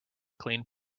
clean